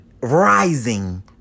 rising